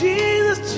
Jesus